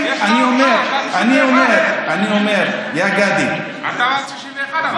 אני אומר, יא גדי, אתה ה-61.